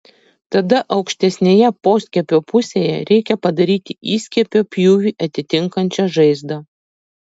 tada aukštesnėje poskiepio pusėje reikia padaryti įskiepio pjūvį atitinkančią žaizdą